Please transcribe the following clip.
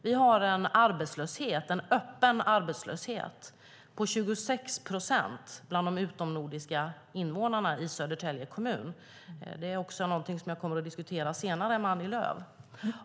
Vi har en öppen arbetslöshet på 26 procent bland de utomnordiska invånarna i Södertälje kommun. Det är också något som jag kommer att diskutera senare med Annie Lööf.